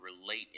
relate